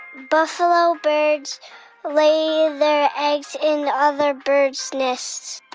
buffalo birds lay their eggs in other birds' nests